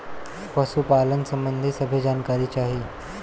पशुपालन सबंधी सभे जानकारी चाही?